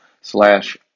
slash